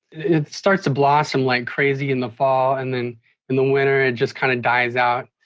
it starts to blossom like crazy in the fall and then in the winter it just kind of dies out.